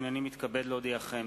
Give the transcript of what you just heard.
הנני מתכבד להודיעכם,